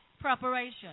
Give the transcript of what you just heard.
preparation